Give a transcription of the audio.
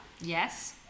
Yes